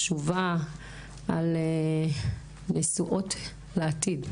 חשובה לנשואות לעתיד.